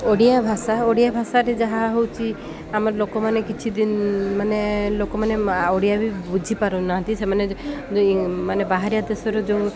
ଓଡ଼ିଆ ଭାଷା ଓଡ଼ିଆ ଭାଷାରେ ଯାହା ହେଉଛି ଆମର ଲୋକମାନେ କିଛି ଦିନ ମାନେ ଲୋକମାନେ ମା ଓଡ଼ିଆ ବି ବୁଝିପାରୁନାହାନ୍ତି ସେମାନେ ମାନେ ବାହାରିଆ ଦେଶରୁ ଯେଉଁ